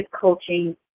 Coaching